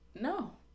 No